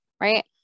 right